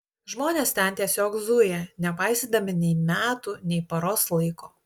žmonės ten tiesiog zuja nepaisydami nei metų nei paros laiko